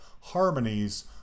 harmonies